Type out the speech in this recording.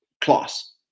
class